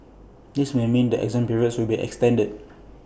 this may mean that exam periods will be extended